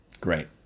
Great